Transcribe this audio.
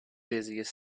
busiest